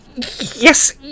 Yes